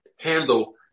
handle